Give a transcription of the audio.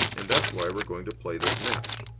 and that's why we're going to play this match.